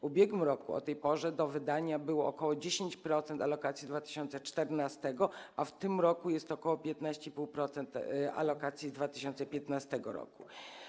W ubiegłym roku o tej porze do wydania było ok. 10% alokacji z 2014 r., a w tym roku jest ok. 15,5% alokacji z 2015 r.